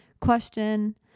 question